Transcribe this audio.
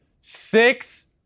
six